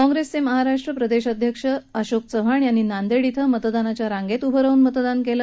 काँग्रेसचे महाराष्ट्र प्रदेशाध्यक्ष अशोक चव्हाण यांनी नांदेड इथं मतदानाच्या रांगेत उभं राहून मतदान केलं